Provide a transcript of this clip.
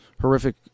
horrific